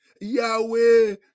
Yahweh